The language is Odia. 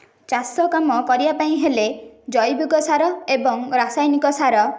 ଚାଷ କାମ କରିବା ପାଇଁ ହେଲେ ଜୈବିକ ସାର ଏବଂ ରାସାୟନିକ ସାର